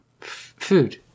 Food